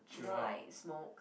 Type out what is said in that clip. you know like smoke